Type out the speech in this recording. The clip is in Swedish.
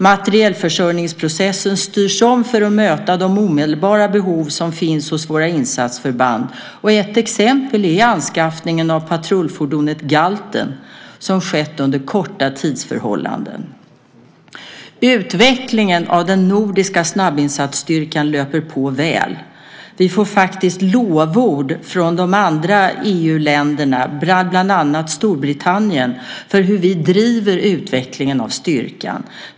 Materielförsörjningsprocessen styrs om för att möta de omedelbara behov som finns hos våra insatsförband. Ett exempel är anskaffningen av patrullfordonet Galten, som skett under korta tidsförhållanden. Utvecklingen av den nordiska snabbinsatsstyrkan löper på väl. Vi får faktiskt lovord från de andra EU-länderna, bland annat Storbritannien, för hur vi driver utvecklingen av styrkan.